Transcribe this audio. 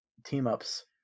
team-ups